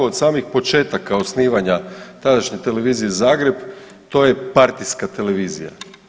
Od samih početaka osnivanja tadašnje Televizije Zagreb to je partijska televizija.